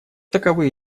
таковы